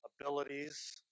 abilities